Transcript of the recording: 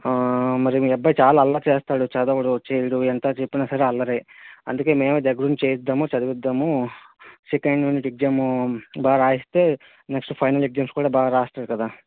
మరి మీ అబ్బాయి చాలా అల్లరి చేస్తాడు చదవడు చేయడు ఎంత చెప్పిన సరే అల్లరి అందుకే మేమే దగ్గరుండి చేయిద్దాము చదివిద్దాము సెకండ్ యూనిట్ ఎగ్జాము బాగా రాయిస్తే నెక్స్ట్ ఫైనల్ ఎగ్జామ్స్ కూడా బాగా రాస్తాడు కదా